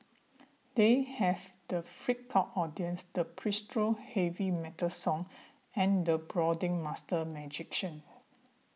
they have the freaked out audience the pseudo heavy metal song and the brooding master magician